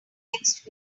next